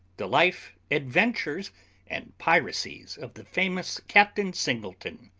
the life, adventures and piracies of the famous captain singleton,